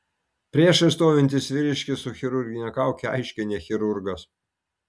priešais stovintis vyriškis su chirurgine kauke aiškiai ne chirurgas